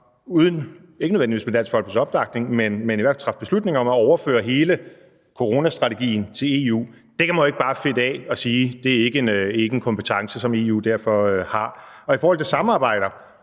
ikke nødvendigvis med Dansk Folkepartis opbakning, men i hvert fald traf den beslutning – at overføre hele coronastrategien til EU. Det kan man jo ikke bare fedte af og sige ikke er en kompetence, som EU derfor har. Og i forhold til samarbejder